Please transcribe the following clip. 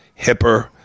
hipper